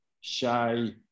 shy